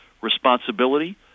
responsibility